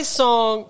song